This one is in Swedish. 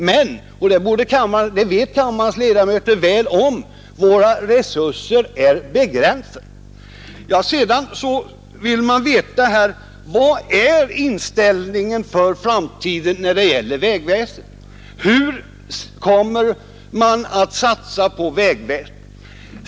Men — detta känner kammarens ledamöter väl till — våra resurser är begränsade. Man vill också veta vilken inställningen för framtiden är till vägväsendet och vad som kommer att satsas på vägväsendet.